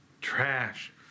Trash